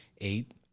eight